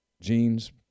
jeans